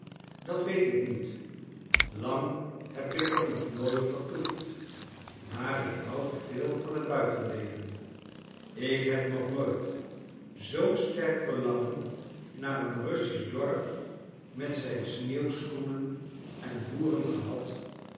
dat weet ik niet lang heb ik er nog nooit vertoefd maar ik houd veel van het buitenleven ik heb nog nooit zoo'n sterk verlangen naar een russisch dorp met zijn sneeuwschoenen en boeren gehad